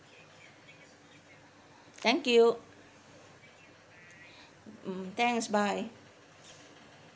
thank you mm thanks bye